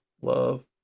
love